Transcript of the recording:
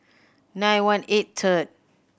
nine one eight third